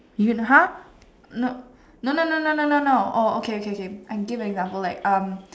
Yoona !huh! no no no no no no no oh okay okay okay I'll give an example like um